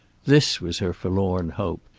this was her forlorn hope,